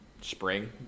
spring